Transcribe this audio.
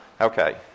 Okay